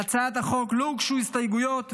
להצעת החוק לא הוגשו הסתייגויות,